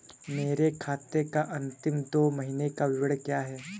मेरे खाते का अंतिम दो महीने का विवरण क्या है?